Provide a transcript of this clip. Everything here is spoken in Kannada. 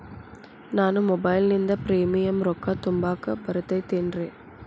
ನಾನು ಮೊಬೈಲಿನಿಂದ್ ಪ್ರೇಮಿಯಂ ರೊಕ್ಕಾ ತುಂಬಾಕ್ ಬರತೈತೇನ್ರೇ?